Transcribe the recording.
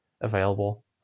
available